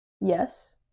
Yes